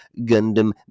Gundam